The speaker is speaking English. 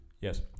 Yes